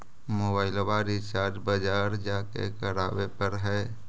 मोबाइलवा रिचार्ज बजार जा के करावे पर है?